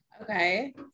Okay